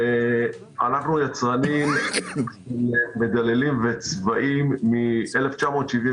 אנחנו יצרנים מדללים וצבעים מ-1979.